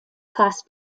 class